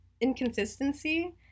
inconsistency